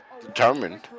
determined